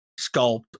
sculpt